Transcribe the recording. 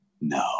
No